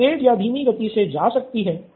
वह तेज या धीमी गति से जा सकती है